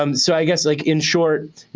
um so i guess, like in short,